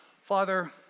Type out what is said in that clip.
Father